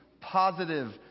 positive